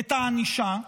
את הענישה.